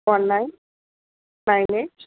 one nine nine eight